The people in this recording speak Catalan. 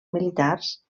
militars